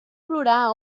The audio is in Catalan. plorar